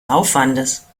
aufwandes